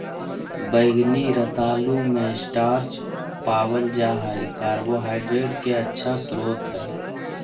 बैंगनी रतालू मे स्टार्च पावल जा हय कार्बोहाइड्रेट के अच्छा स्रोत हय